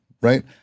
right